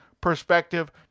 perspective